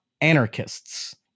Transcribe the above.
anarchists